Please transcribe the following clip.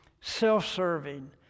self-serving